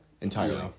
entirely